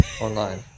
online